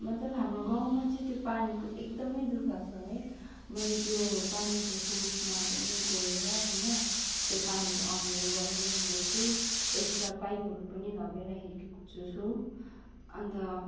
मतलब हाम्रो गाउँमा चाहिँ त्यो पानीको एकदमै दुःख छ है मैले त्यो पानीको सोर्समा पनि गएर होइन त्यो पानी आउने बनाइरोखेको छु एक्स्ट्रा पाइपहरू पनि लगाइराखेको छु सो अन्त